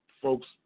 folks